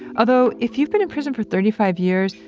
although, if you've been in prison for thirty five years,